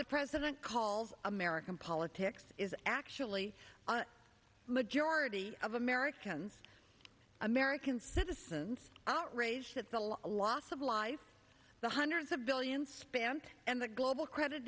the president calls american politics is actually majority of americans american citizens outraged at the loss of life the hundreds of billions spent and the global credit